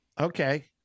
Okay